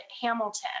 Hamilton